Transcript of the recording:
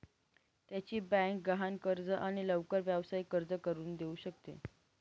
त्याची बँक गहाण कर्ज आणि लवकर व्यावसायिक कर्ज करून देऊ शकते